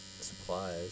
supplies